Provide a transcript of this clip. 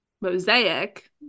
mosaic